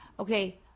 Okay